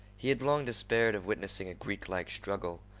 he had long despaired of witnessing a greeklike struggle.